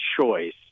choice